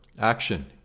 action